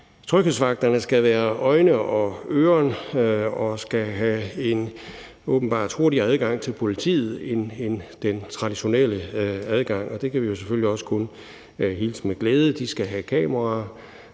Tryghedsvagterne skal være øjne og øren og have en åbenbart hurtigere adgang til politiet end den traditionelle adgang, og det kan vi selvfølgelig også kun hilse med glæde. De skal have kameraer,